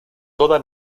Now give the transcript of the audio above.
toda